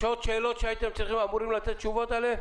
יש עוד שאלות שהייתם צריכים לענות עליהן?